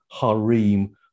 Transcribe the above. harem